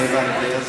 אני הבנתי.